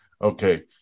okay